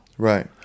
Right